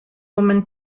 woman